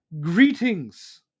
Greetings